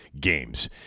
games